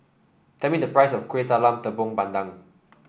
tell me the price of Kueh Talam Tepong Pandan